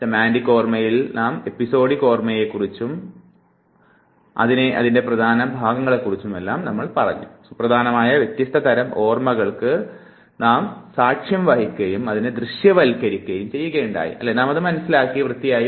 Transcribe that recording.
semantic ഓർമ്മയിൽ നാം episodic ഓർമ്മയെയും അവിടെയും നാം തരംതിരിച്ചു സുപ്രധാനമായ വ്യത്യസ്തതരം ഓർമ്മകൾക്ക് ഞാൻ സാക്ഷ്യം വഹിക്കുകയും അതിനെ ദൃശ്യവൽക്കരിക്കുകയും ചെയ്യപ്പെടുകയുണ്ടായി